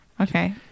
okay